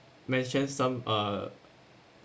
mention some uh